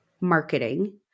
marketing